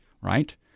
right